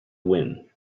win